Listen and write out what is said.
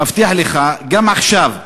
מבטיח לך: גם עכשיו,